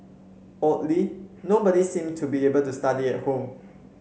oddly nobody seemed to be able to study at home